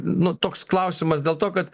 nu toks klausimas dėl to kad